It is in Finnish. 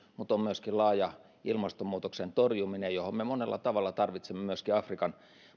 mutta on myöskin laaja ilmastonmuutoksen torjuminen johon me monella tavalla tarvitsemme myöskin afrikan